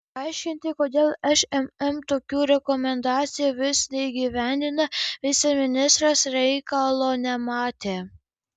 paaiškinti kodėl šmm tokių rekomendacijų vis neįgyvendina viceministras reikalo nematė